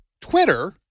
Twitter